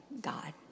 God